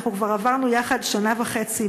אנחנו כבר עברנו יחד שנה וחצי